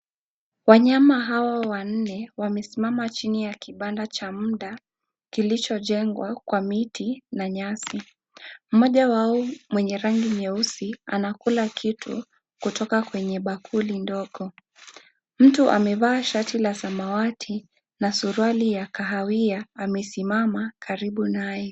Wanyama hawa wanne wamesimama chini ya kibanda cha muda kilichojengwa kwa miti na nyasi. Mmoja wao mwenye rangi nyeusi anakula kitu kutoka kwenye bakuli ndogo. Mtu amevaa shati la samawati na suruali ya kahawia amesimama karibu naye.